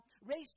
raised